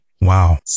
Wow